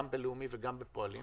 גם בבין-לאומי וגם בפועלים,